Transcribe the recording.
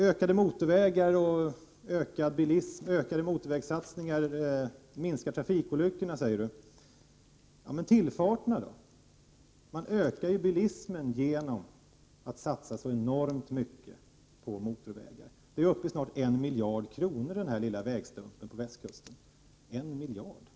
Ökade satsningar på motorvägar minskar trafikolyckorna, säger statsrådet. Men hur är det med tillfarterna? Man ökar ju bilismen genom att satsa så enormt mycket på motorvägar. Kostnaderna för den här lilla vägstumpen på västkusten är snart uppe i 1 miljard kronor.